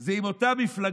זה עם אותה מפלגה,